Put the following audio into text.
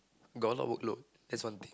got a lot of workload that's one thing